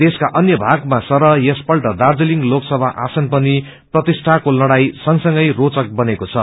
देशका अन्य भाग सरह यस पल्ट दार्जीलिङ लोकसभा आसन पनि प्रतिष्ठाको लडाई संससंगै रोचक बनेव्रे छ